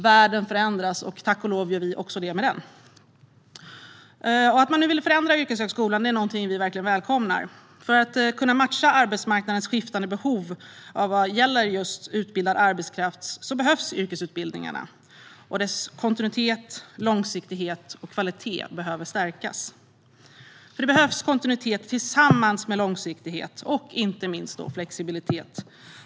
Världen förändras, och tack och lov förändras vi med den. Att man nu vill förändra yrkeshögskolan är någonting vi verkligen välkomnar. För att kunna matcha arbetsmarknadens skiftande behov vad gäller just utbildad arbetskraft behövs yrkesutbildningarna, och deras kontinuitet, långsiktighet och kvalitet behöver stärkas. Det behövs nämligen kontinuitet tillsammans med långsiktighet och inte minst flexibilitet.